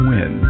Win